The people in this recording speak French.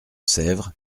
sèvre